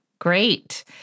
Great